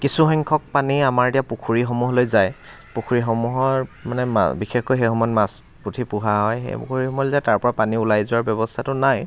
কিছু সংখ্যক পানী আমাৰ এতিয়া পুখুৰীসমূহলৈ যায় পুখুৰীসমহূৰ মানে মা বিশেষকৈ সেই সময়ত মাছ পুঠি পুহা হয় সেই পুখুৰীসমূহলৈ যায় তাৰ পৰা পানী ওলাই যোৱা ব্যৱস্থাটো নাই